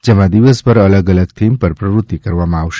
જેમાં દિવસભર અલગ અલગ થીમ પર પ્રવૃત્તિ કરાવવામાં આવશે